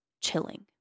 chilling